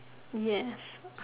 yes